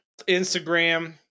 Instagram